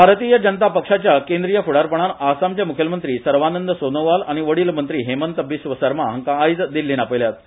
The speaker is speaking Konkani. भारतीय जनता पक्षाच्या केंद्रीय फुडारपणान आसामचे मुखेलमंत्री सर्वानंद सोनोवाल आनी वडील मंत्री हेमंत बिस्व शर्मा हांका आयज दिल्लीन आपयल्यात